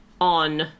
on